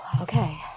okay